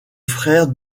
frère